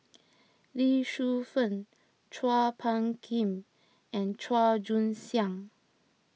Lee Shu Fen Chua Phung Kim and Chua Joon Siang